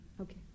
Okay